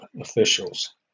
officials